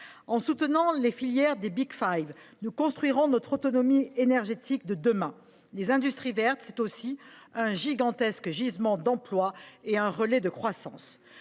En soutenant les filières des, nous construirons notre autonomie énergétique de demain. Les industries vertes sont aussi un gigantesque gisement d’emplois et un relais de croissance.